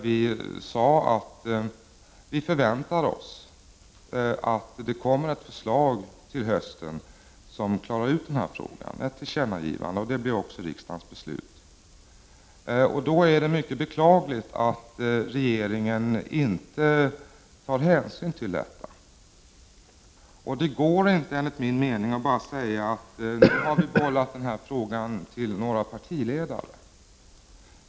Vi sade att vi förväntade oss att det kommer ett förslag under hösten som klarar ut den här frågan, ett tillkännagivande. Det blev också riksdagens beslut. Därför är det mycket beklagligt att regeringen inte tar hänsyn till detta. Det går inte enligt min mening att bara säga att man har bollat frågan till några partiledare.